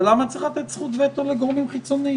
אבל למה צריך לתת זכות וטו לגומרים חיצוניים?